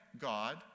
God